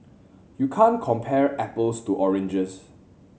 you can't compare apples to oranges